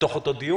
בתוך אותו דיון.